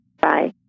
Bye